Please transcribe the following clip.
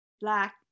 Black